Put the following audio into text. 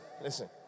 listen